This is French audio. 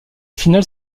finale